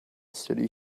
city